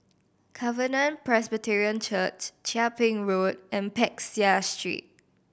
Covenant Presbyterian Church Chia Ping Road and Peck Seah Street